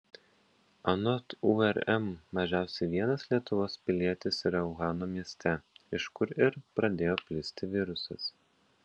anot urm mažiausiai vienas lietuvos pilietis yra uhano mieste iš kur ir pradėjo plisti virusas